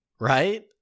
right